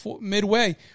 midway